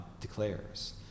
declares